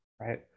Right